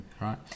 right